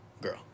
Girl